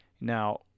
Now